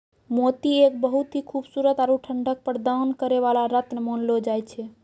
मोती एक बहुत हीं खूबसूरत आरो ठंडक प्रदान करै वाला रत्न मानलो जाय छै